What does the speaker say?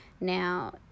Now